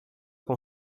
com